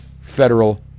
federal